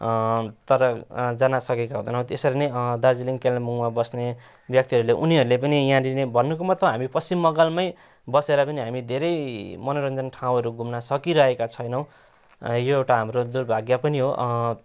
तर जान सकेका हुँदैनौँ त्यसरी दार्जिलिङ कालेबुङमा बस्ने व्यक्तिहरूले उनीहरूले पनि यहाँनेरि नै भन्नुको मतलब हामी पश्चिम बङ्गालमै बसेर पनि हामी धेरै मनोरन्जन ठाउँहरू घुम्न सकिरहेका छैनौँ यो एउटा हाम्रो दुर्भाग्य पनि हो